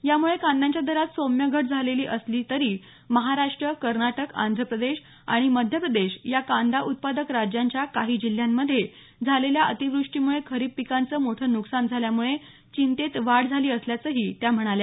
यामुळे कांद्याच्या दरात सौम्य घट झालेली असली तरी महाराष्ट्र कर्नाटक आंध्रप्रदेश अणि मध्यप्रदेश या कांदा उत्पादक राज्यांच्या काही जिल्ह्यांमधे झालेल्या अतिवृष्टीमुळे खरीप पिकांचं मोठं नुकसान झाल्यामुळे चिंतेत वाढ झाली असल्याचंही त्या म्हणाल्या